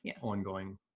ongoing